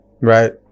right